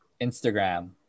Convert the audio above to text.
instagram